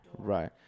right